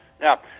Now